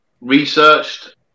researched –